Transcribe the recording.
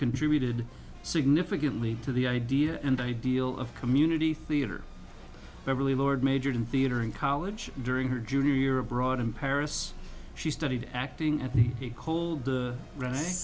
contributed significantly to the idea and ideal of community theatre beverly lord majored in theatre in college during her junior year abroad in paris she studied acting at the cold the r